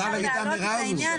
מותר להגיד את האמירה הזו.